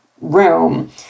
room